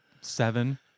seven